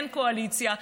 אין קואליציה.